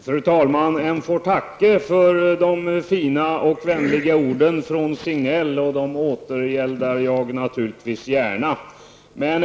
Fru talman! En får tacke för de fina och vänliga orden från Signell. Dem återgäldar jag naturligtvis gärna.